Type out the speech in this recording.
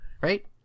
right